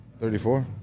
34